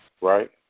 right